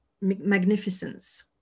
magnificence